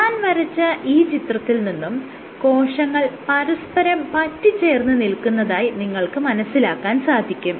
ഞാൻ വരച്ച ഈ ചിത്രത്തിൽ നിന്നും കോശങ്ങൾ പരസ്പരം പറ്റിച്ചേർന്ന് നിൽക്കുന്നതായി നിങ്ങൾക്ക് മനസ്സിലാക്കാൻ സാധിക്കും